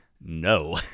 no